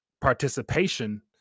participation